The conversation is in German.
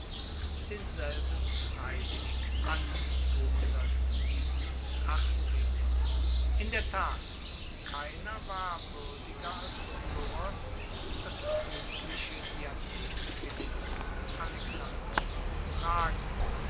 denselben freiwillig an in der tat keiner war wuerdiger als pyrrhos das koenigliche diadem philipps und alexanders zu tragen